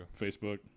Facebook